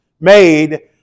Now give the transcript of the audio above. made